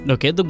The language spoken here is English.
Okay